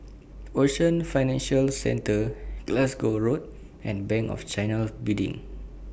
Ocean Financial Centre Glasgow Road and Bank of China Building